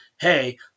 hey